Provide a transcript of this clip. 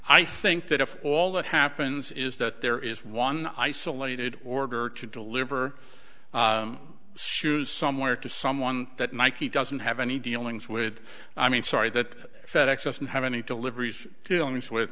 i think that if all that happens is that there is one isolated order to deliver shoes somewhere to someone that mikey doesn't have any dealings with it i mean sorry that fed ex doesn't have any deliveries dealings with